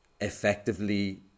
effectively